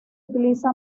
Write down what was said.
utiliza